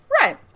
right